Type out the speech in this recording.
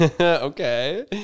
Okay